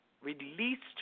released